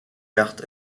art